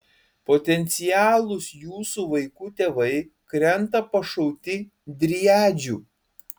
potencialūs jūsų vaikų tėvai krenta pašauti driadžių